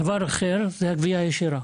דבר אחר זה עניין הגבייה הישירה,